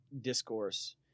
discourse